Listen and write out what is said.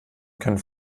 können